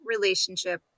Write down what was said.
relationship